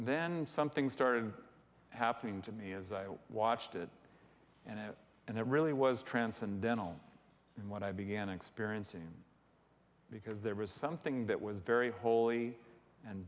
then something started happening to me as i watched it and it and it really was transcendental in what i began experiencing because there was something that was very holy and